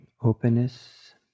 openness